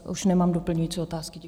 Už nemám doplňující otázky.